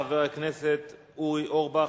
חבר הכנסת אורי אורבך,